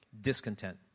discontent